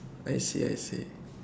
I see I see